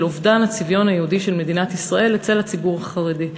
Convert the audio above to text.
אובדן הצביון היהודי של מדינת ישראל אצל הציבור החרדי.